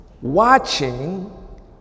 watching